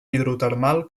hidrotermal